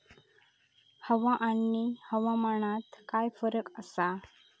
हवा आणि हवामानात काय फरक असा?